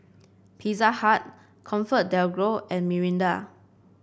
Pizza Hut ComfortDelGro and Mirinda